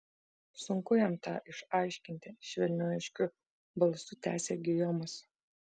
sunku jam tą išaiškinti švelniu aiškiu balsu tęsė gijomas